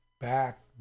back